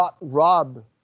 Rob